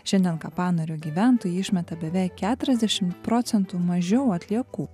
šiandien kapanorio gyventojai išmeta beveik keturiasdešim procentų mažiau atliekų